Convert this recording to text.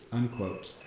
unquote.